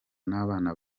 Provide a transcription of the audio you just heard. n’abana